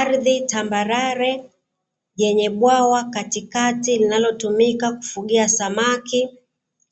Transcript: Ardhi tambarare yenye bwawa katikati linalotumika kufugia samaki